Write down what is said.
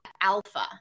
alpha